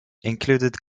included